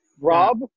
Rob